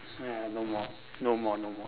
ah no more no more no more